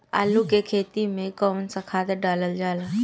आलू के खेती में कवन सा खाद डालल जाला?